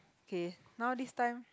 okay now this time